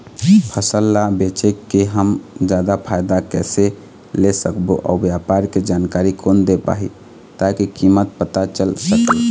फसल ला बेचे के हम जादा फायदा कैसे ले सकबो अउ व्यापार के जानकारी कोन दे पाही ताकि कीमत पता चल सके?